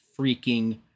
freaking